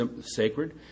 sacred